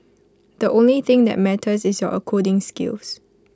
the only thing that matters is your coding skills